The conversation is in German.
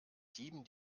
dieben